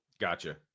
gotcha